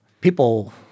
People